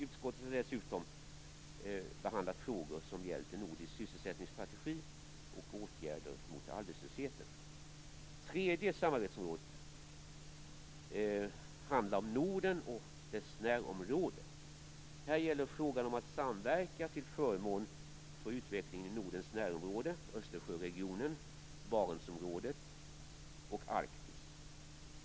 Utskottet har dessutom behandlat frågor som gällt en nordisk sysselsättningsstrategi och åtgärder mot arbetslösheten. Det tredje samarbetsområdet handlar om Norden och dess närområden. Här gäller det att samverka till förmån för utvecklingen i Nordens närområde och Östersjöregionen, Barentsområdet och Arktis.